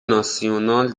ناسیونال